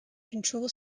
control